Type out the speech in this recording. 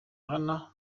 ahana